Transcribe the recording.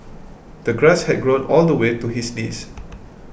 the grass had grown all the way to his knees